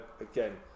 again